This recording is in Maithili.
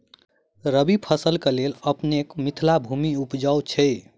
रबी फसल केँ लेल अपनेक मिथिला भूमि उपजाउ छै